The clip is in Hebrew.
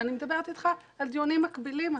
ואני מדברת איתך על דיונים מקבילים.